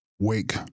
Wake